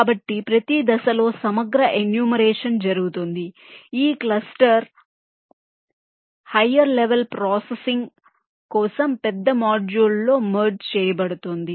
కాబట్టి ప్రతి దశలో సమగ్ర ఎన్యూమరేషన్ జరుగుతుంది ఈ cluster higher level processing processing కోసం పెద్ద మాడ్యూల్లో మెర్జ్ చేయబడుతుంది